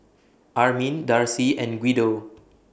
Armin Darcy and Guido